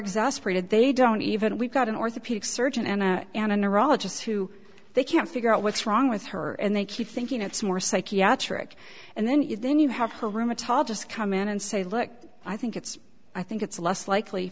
exasperated they don't even we've got an orthopedic surgeon and an a neurologist too they can't figure out what's wrong with her and they keep thinking it's more psychiatric and then you then you have her rheumatologist come in and say look i think it's i think it's less likely